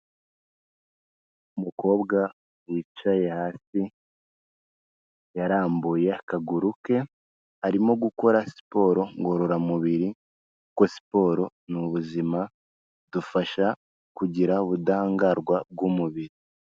Umukobwa wicaye hasi yarambuye akaguru ke arimo gukora siporo ngororamubiri kuko siporo ni ubuzima idufasha kugira ubudahangarwa bw'umubiri.